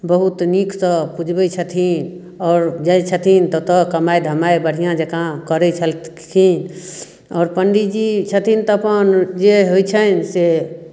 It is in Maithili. बहुत नीकसँ पुजबैत छथिन आओर जाइत छथिन ततय कमाइत धमाइत बढ़िआँ जँका करैत छलखिन आओर पण्डीजी छथिन तऽ अपन जे होइत छनि से